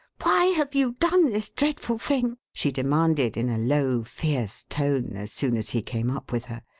why have you done this dreadful thing? she demanded in a low, fierce tone as soon as he came up with her.